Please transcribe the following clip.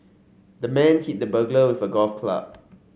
the man hit the burglar with a golf club